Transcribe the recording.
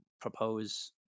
propose